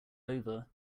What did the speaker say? over